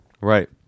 right